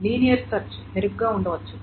linear search మెరుగ్గా ఉండవచ్చు